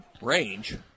range